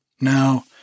Now